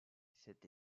cette